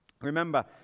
Remember